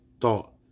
thought